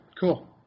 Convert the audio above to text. Cool